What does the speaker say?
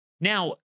Now